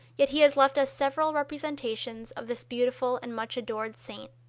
yet he has left us several representations of this beautiful and much adored saint.